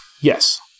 Yes